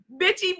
bitchy